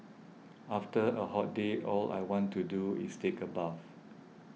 after a hot day all I want to do is take a bath